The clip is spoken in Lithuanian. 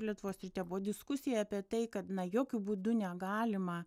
lietuvos ryte buvo diskusija apie tai kad na jokiu būdu negalima